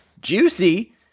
Juicy